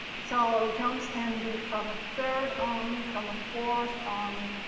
so jumps can be from a third on, from a fourth on.